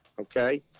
okay